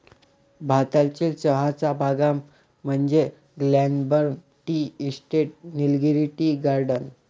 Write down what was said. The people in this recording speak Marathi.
भारतातील चहाच्या बागा म्हणजे Glenburn tea estate, Nilgiri tea garden